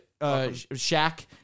Shaq